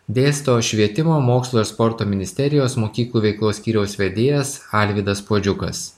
dėsto švietimo mokslo ir sporto ministerijos mokyklų veiklos skyriaus vedėjas alvydas puodžiukas